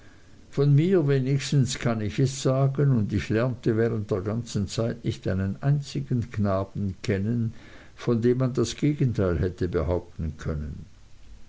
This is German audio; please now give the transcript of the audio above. von mir wenigstens kann ich es sagen und ich lernte während der ganzen zeit nicht einen einzigen knaben kennen von dem man das gegenteil hätte behaupten können